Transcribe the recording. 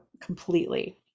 completely